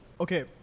Okay